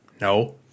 No